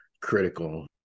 critical